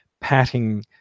patting